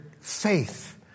faith